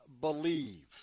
Believe